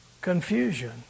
Confusion